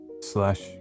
slash